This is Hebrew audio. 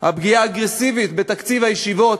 הפגיעה האגרסיבית בתקציב הישיבות,